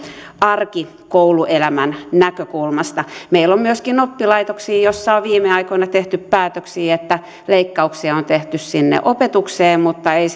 arkikouluelämän näkökulmasta meillä on myöskin oppilaitoksia joissa on viime aikoina tehty päätöksiä että leikkauksia on tehty sinne opetukseen mutta ei